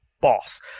boss